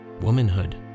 womanhood